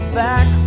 back